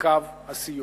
לקו הסיום.